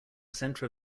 center